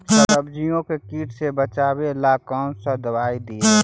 सब्जियों को किट से बचाबेला कौन सा दबाई दीए?